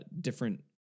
different